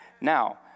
Now